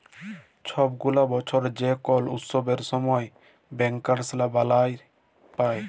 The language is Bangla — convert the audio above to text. ছব গুলা বসর যে কল উৎসবের সময় ব্যাংকার্সরা বলাস পায়